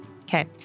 Okay